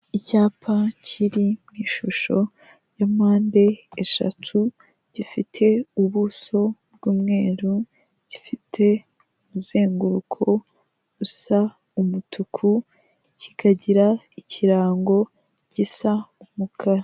Icyapa kiri mu ishusho ya mpande eshatu, gifite ubuso bw'umweru gifite umuzenguruko usa umutuku, kikagira ikirango gisa umukara.